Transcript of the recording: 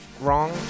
wrong